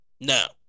Now